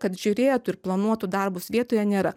kad žiūrėtų ir planuotų darbus vietoje nėra